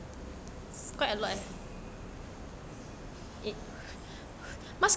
um